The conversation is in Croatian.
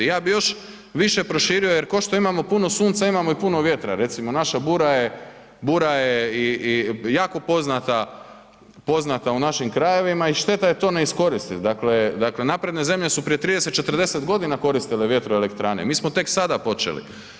Ja bi još više proširio jer košto imamo puno sunca, imamo i puno vjetra, recimo naša bura je, bura je i jako poznata, poznata u našim krajevima i šteta je to ne iskoristit, dakle, dakle, napredne zemlje su prije 30, 40.g. koristile vjetroelektrane, mi smo tek sada počeli.